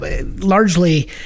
largely